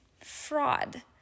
fraud